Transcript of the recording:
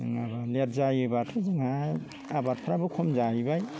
late जायोब्लाथ' जोंहा आबादफ्राबो खम जाहैबाय